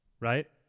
right